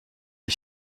est